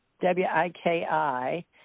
W-I-K-I